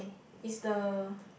is the